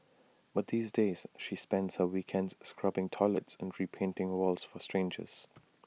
but these days she spends her weekends scrubbing toilets and repainting walls for strangers